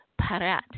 parat